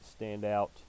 Standout